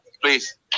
Please